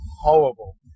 horrible